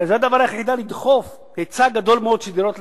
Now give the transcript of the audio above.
הרי זה הדרך היחידה לדחוף היצע גדול מאוד של דירות להשכרה,